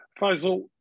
Faisal